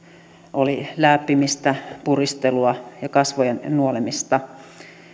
oli lääppimistä puristelua ja kasvojen nuolemista